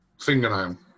fingernail